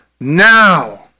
Now